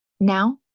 Now